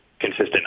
consistent